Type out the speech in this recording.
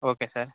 okay sir